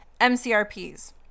MCRPs